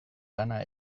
lana